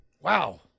wow